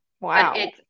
Wow